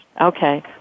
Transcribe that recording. Okay